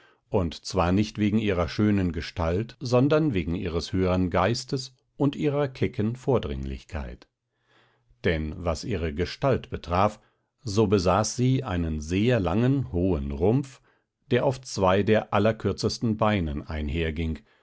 und zwar nicht wegen ihrer schönen gestalt sondern wegen ihres höhern geistes und ihrer kecken vordringlichkeit denn was ihre gestalt betraf so besaß sie einen sehr langen hohen rumpf der auf zwei der allerkürzesten beinen